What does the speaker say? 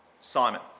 Simon